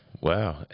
Wow